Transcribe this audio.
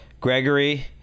Gregory